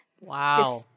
Wow